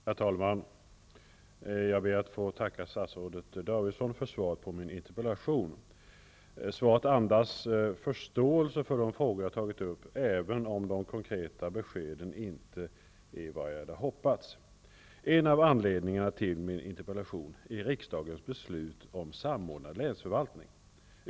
Herr talman! Jag ber att få tacka statsrådet Davidson för svaret på min interpellation. Svaret andas förståelse för de frågor jag har tagit upp, även om de konkreta beskeden inte är vad jag hade hoppats. En av anledningarna till min interpellation är riksdagens beslut om Samordnad länsförvaltning.